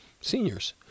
seniors